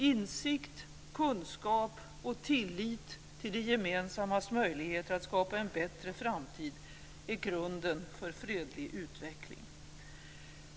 Insikt, kunskap och tillit till det gemensammas möjligheter att skapa en bättre framtid är grunden för fredlig utveckling.